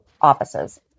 offices